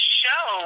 show